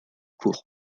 court